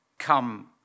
come